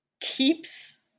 keeps